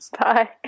Bye